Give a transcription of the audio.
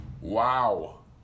Wow